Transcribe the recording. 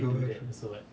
muka baru